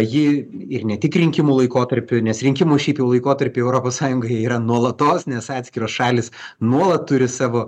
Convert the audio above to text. ji ir ne tik rinkimų laikotarpiu nes rinkimų šiaip laikotarpiai europos sąjungoj jie yra nuolatos nes atskiros šalys nuolat turi savo